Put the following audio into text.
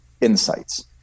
insights